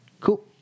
Cool